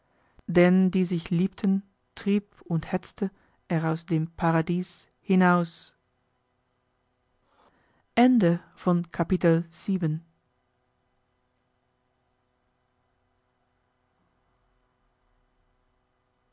denn die sich liebten trieb und hetzte er aus dem paradies hinaus